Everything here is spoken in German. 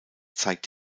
zeigt